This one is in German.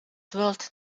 world